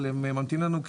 אבל הם ממתינים לנו,